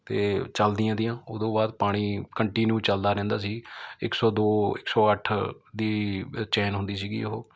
ਅਤੇ ਚੱਲਦੀਆਂ ਤੀਆਂ ਉਹਦੋਂ ਬਾਅਦ ਪਾਣੀ ਕੰਟੀਨਿਊ ਚੱਲਦਾ ਰਹਿੰਦਾ ਸੀ ਇੱਕ ਸੌ ਦੋ ਇੱਕ ਸੌ ਅੱਠ ਦੀ ਚੈਨ ਹੁੰਦੀ ਸੀਗੀ ਉਹ